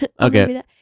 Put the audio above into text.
Okay